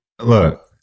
Look